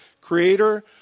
Creator